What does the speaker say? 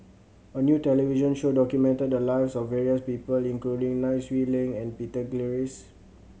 a new television show documented the lives of various people including Nai Swee Leng and Peter Gilchrist